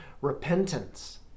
repentance